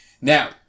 Now